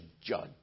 judge